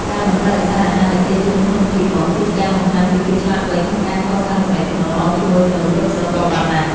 ការមិនបដិសេធអាហារដែលគេជូនក្នុងពិធីបុណ្យ គឺជាការបង្ហាញពីភាពឆ្លាតវៃក្នុងការកសាងទំនាក់ទំនងល្អជាមួយមនុស្សគ្រប់ស្រទាប់វណ្ណៈ។